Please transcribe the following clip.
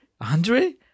Andre